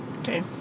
Okay